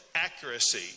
accuracy